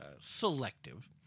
selective